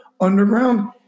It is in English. underground